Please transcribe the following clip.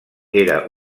era